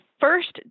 first